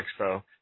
expo